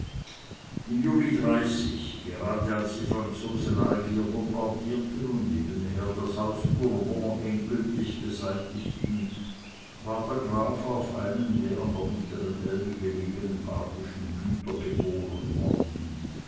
im juli dreißig gerade als die franzosen algier bombardierten und nebenher das haus bourbon endgültig beseitigten war der graf auf einem der an der mittleren elbe gelegenen barbyschen güter geboren worden